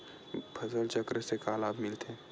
फसल चक्र से का लाभ मिलथे?